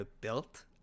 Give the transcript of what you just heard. built